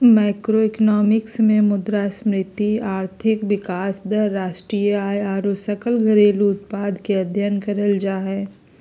macroeconomics मे मुद्रास्फीति, आर्थिक विकास दर, राष्ट्रीय आय आरो सकल घरेलू उत्पाद के अध्ययन करल जा हय